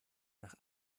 nach